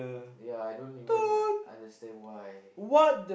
ya I don't even understand why